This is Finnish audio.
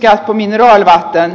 herr talman